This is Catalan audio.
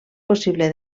possible